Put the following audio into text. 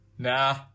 Nah